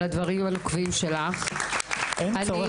(נשמעות מחיאות כפיים) אין צורך במחיאות כפיים.